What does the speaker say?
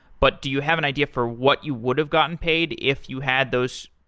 but do you have an idea for what you would have gotten paid if you had those?